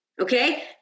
Okay